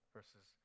Verses